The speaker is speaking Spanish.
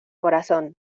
corazón